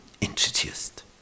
introduced